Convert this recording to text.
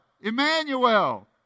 Emmanuel